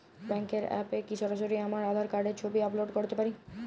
ব্যাংকের অ্যাপ এ কি সরাসরি আমার আঁধার কার্ডের ছবি আপলোড করতে পারি?